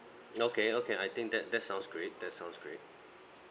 okay okay I think that that sounds great that sounds great